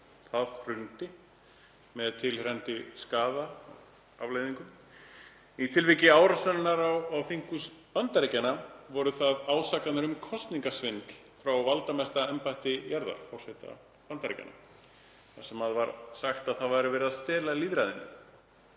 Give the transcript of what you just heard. Það hrundi með tilheyrandi skaðlegum afleiðingum. Í tilviki árásarinnar á þinghús Bandaríkjanna voru það ásakanir um kosningasvindl frá valdamesta embætti jarðar, forseta Bandaríkjanna, þar sem sagt var að verið væri að stela lýðræðinu.